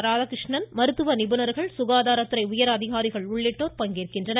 ராதாகிருஷ்ணன் மருத்துவ நிபுணர்கள் சுகாதாரத்துறை உயர்அதிகாரிகள் உள்ளிட்டோர் பங்கேற்கின்றனர்